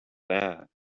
that